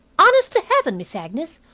honest to heaven, miss agnes,